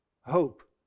hope